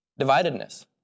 dividedness